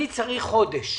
אני צריך חודש.